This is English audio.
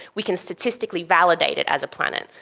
we can statistically validate it as a planet.